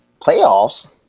Playoffs